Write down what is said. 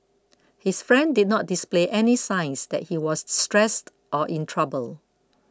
his friend did not display any signs that he was stressed or in trouble